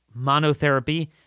monotherapy